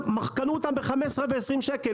קנו אותם ב-15 וב-20 שקלים.